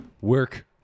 Work